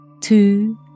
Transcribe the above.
Two